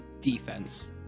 defense